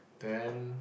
then